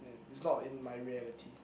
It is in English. is not in my reality